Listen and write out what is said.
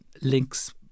links